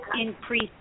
increase